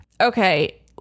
okay